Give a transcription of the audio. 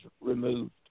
removed